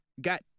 Got